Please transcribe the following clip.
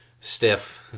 stiff